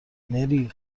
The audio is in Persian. نری